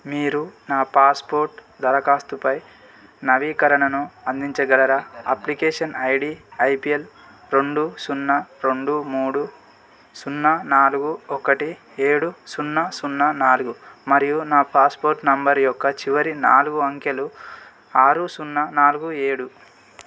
మీరు నా పాస్పోర్ట్ దరఖాస్తుపై నవీకరణను అందించగలరా అప్లికేషన్ ఐడీ ఐపీఎల్ రెండు సున్నా రెండు మూడు సున్నా నాలుగు ఒకటి ఏడు సున్నా సున్నా నాలుగు మరియు నా పాస్పోర్ట్ నంబర్ యొక్క చివరి నాలుగు అంకెలు ఆరు సున్నా నాలుగు ఏడు